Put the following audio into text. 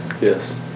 Yes